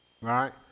Right